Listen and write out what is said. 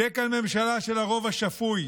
תהיה כאן ממשלה של הרוב השפוי,